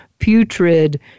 putrid